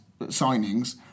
signings